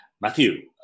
Matthew